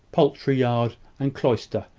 poultry-yard, and cloister,